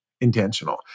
intentional